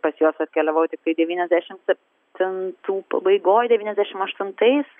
pas juos atkeliavau tiktai devyniasdešimt septintų pabaigoj devyniasdešimt aštuntais